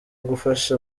gufasha